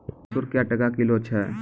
मसूर क्या टका किलो छ?